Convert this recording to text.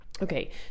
okay